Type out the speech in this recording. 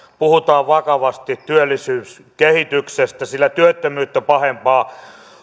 puhutaan vakavasti työllisyyskehityksestä sillä työttömyyttä pahempaa